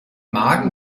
magen